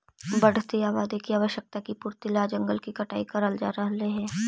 बढ़ती आबादी की आवश्यकता की पूर्ति ला जंगल के कटाई करल जा रहलइ हे